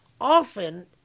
often